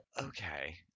Okay